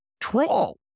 troll